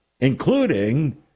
including